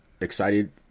excited